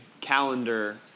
calendar